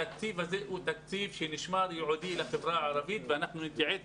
התקציב הזה הוא תקציב שנשמר ייעודי לחברה הערבית ואנחנו נתייעץ